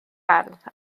ardd